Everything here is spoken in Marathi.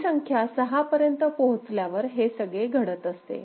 ही संख्या सहा पर्यंत पोहोचल्यावर हे सगळे घडत असते